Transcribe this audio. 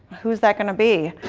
who's that going to be?